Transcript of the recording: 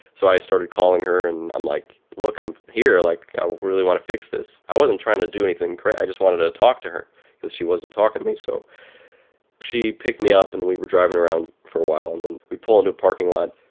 so i started calling her. and i'm like, look. i'm here. like, i really want to fix this. i wasn't trying to do anything cray i just wanted to talk to her cause she wasn't talking to me so she picked me up, and we were driving around for a while. and then we pull into a parking lot.